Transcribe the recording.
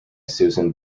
susan